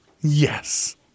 Yes